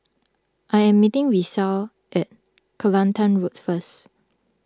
I am meeting Risa at Kelantan Road first